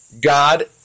God